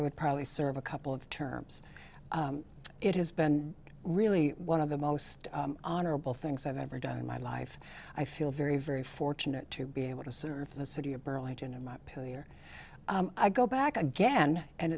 i would probably serve a couple of terms it has been really one of the most honorable things i've ever done in my life i feel very very fortunate to be able to serve the city of burlington and my poor i go back again and